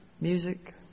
music